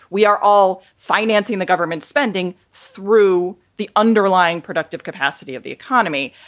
we are all financing the government spending through the underlying productive capacity of the economy.